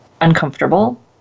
uncomfortable